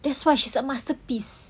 that's why she's a masterpiece